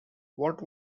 what